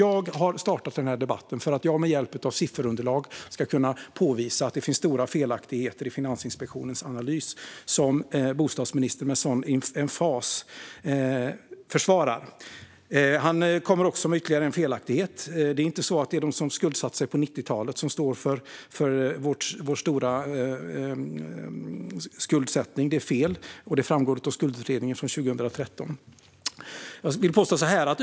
Jag startade denna debatt för att jag med hjälp av sifferunderlag ska kunna påvisa att det finns stora felaktigheter i Finansinspektionens analys, som bostadsministern med sådan emfas försvarar. Bostadsministern kommer också med ytterligare en felaktighet. Det är inte de som skuldsatte sig på 90-talet som står för vår stora skuldsättning. Det är fel, och det framgår av skuldutredningen från 2013.